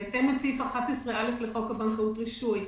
וזה בהתאם לסעיף 11א לחוק הבנקאות (רישוי).